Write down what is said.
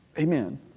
Amen